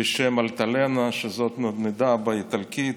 בשם "אלטלנה", שזאת נדנדה באיטלקית.